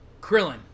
Krillin